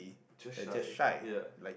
just shy ya